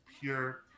pure